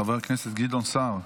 חבר הכנסת גדעון סער,